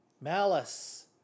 malice